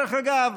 דרך אגב,